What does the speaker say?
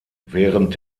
während